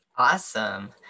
Awesome